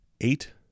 eight